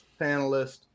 panelist